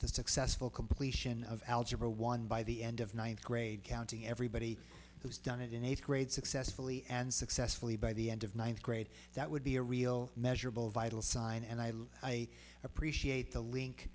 the successful completion of algebra one by the end of ninth grade counting everybody who's done it in eighth grade successfully and successfully by the end of ninth grade that would be a real measurable vital sign and i look i appreciate the link